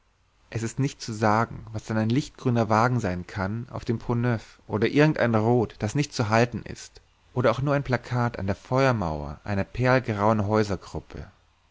es ist nicht zu sagen was dann ein lichtgrüner wagen sein kann auf dem pont neuf oder irgendein rot das nicht zu halten ist oder auch nur ein plakat an der feuermauer einer